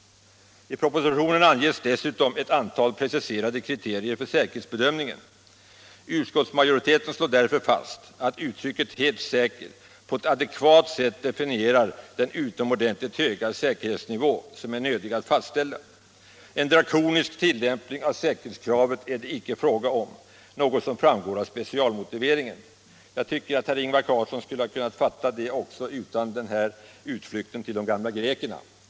I propositionen anges dessutom ett antal preciserade kriterier för säkerhetsbedömningen. Utskottsmajoriteten slår därför fast att uttrycket ”helt säker” på ett adekvat sätt definierar den utomordentligt höga säkerhetsnivå som är nödvändig att fastställa. En drakonisk tillämpning av säkerhetskravet är det icke fråga om, något som framgår av specialmotiveringen. Jag tycker att herr Ingvar Carlsson skulle ha kunnat fatta det också utan den där utflykten till de gamla grekerna.